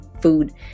food